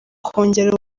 kongera